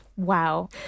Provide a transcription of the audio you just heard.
Wow